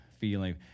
feeling